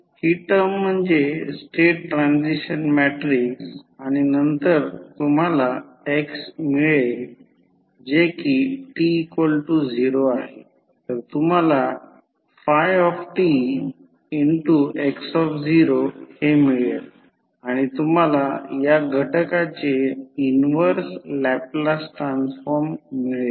ही term म्हणजे state transition matrix आणि नंतर तुम्हाला x मिळेल जे कि t0 आहे तर तुम्हाला tx0 हे मिळेल आणि तुम्हाला या घटकाचे इन्व्हर्स लॅपलास ट्रान्सफॉर्म मिळेल